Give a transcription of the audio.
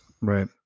Right